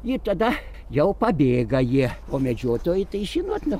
ir tada jau pabėga jie o medžiotojai tai žinot nu